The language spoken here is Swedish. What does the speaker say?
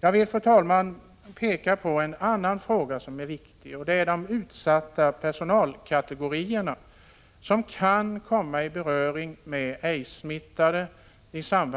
Jag vill, fru talman, peka på en annan viktig fråga, nämligen att olika personalkategorier i samband med sin yrkesutövning kan komma i beröring med aidssmittade. Utskottet